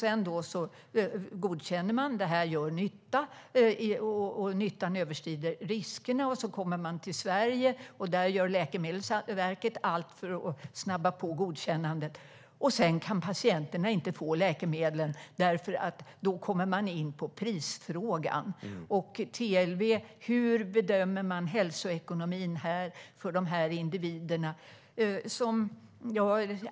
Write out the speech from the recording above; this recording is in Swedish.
Man godkänner att det gör nytta, att nyttan överstiger riskerna. Sedan kommer läkemedlet till Sverige, och där gör Läkemedelsverket allt för att snabba på godkännandet. Men då kan patienterna inte få läkemedlen eftersom prisfrågan kommer in. Hur bedömer TLV hälsoekonomin för de individerna?